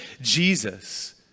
Jesus